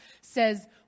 says